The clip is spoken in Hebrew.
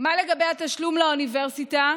מה לגבי התשלום לאוניברסיטה?